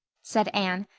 said anne.